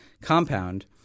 compound